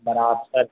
बारात तक